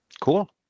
Cool